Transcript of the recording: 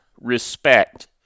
respect